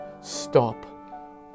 stop